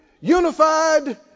unified